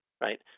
right